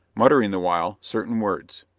muttering the while certain words.